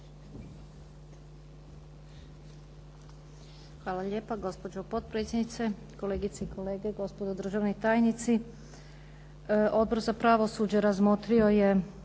Hvala lijepa. Gospođo potpredsjednice, kolegice i kolege, gospodo državni tajnici. Odbor za pravosuđe razmotrio je